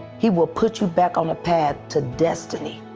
he will put you back on a path to destiny.